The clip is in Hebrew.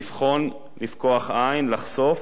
לבחון, לפקוח עין, לחשוף